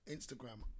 Instagram